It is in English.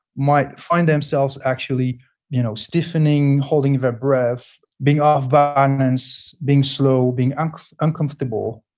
might find themselves actually you know stiffening, holding their breath, being off but um balance, being slow, being ah uncomfortable,